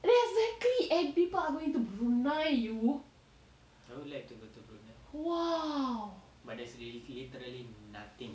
exactly and people are going to brunei you !wah!